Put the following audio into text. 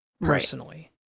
personally